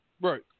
Right